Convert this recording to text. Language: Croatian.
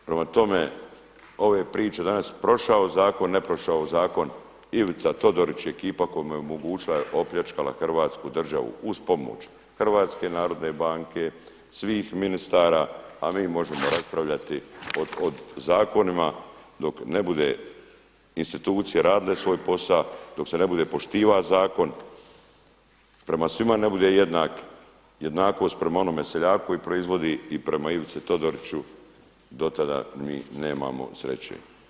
Prema tome, ove priče danas prošao zakon, ne prošao zakon, Ivica Todorić i ekipa koja mu je omogućila, opljačkala Hrvatsku državu uz pomoć HNB-a, svih ministara a mi možemo raspravljati o zakonima dok ne budu institucije radile svoje posao, dok se ne bude poštivao zakon, prema svima ne bude jednak, jednakost prema onome seljaku koji proizvodi i prema Ivici Todoriću do tada mi nemamo sreće.